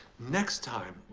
next time,